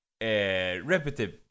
repetitive